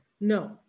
no